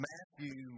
Matthew